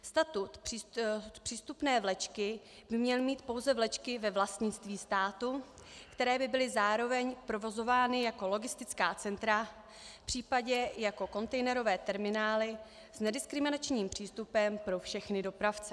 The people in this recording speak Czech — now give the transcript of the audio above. Statut přístupné vlečky by měly mít pouze vlečky ve vlastnictví státu, které by byly zároveň provozovány jako logistická centra, případně jako kontejnerové terminály s nediskriminačním přístupem pro všechny dopravce.